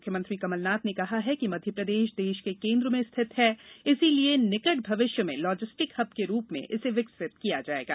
मुख्यमंत्री कमल नाथ ने कहा है कि मध्यप्रदेश देश के केन्द्र में स्थित है इसलिए निकट भविष्य में लाजिस्टिक हब के रूप में विकसित होगा